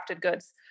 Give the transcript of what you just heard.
goods